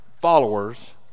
followers